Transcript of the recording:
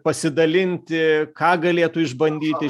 pasidalinti ką galėtų išbandyti